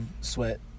sweat